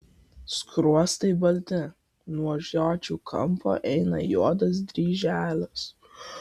skruostai balti nuo žiočių kampo eina juodas dryželis